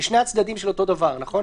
שני הצדדים של אותו דבר, נכון?